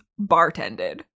bartended